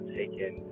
taken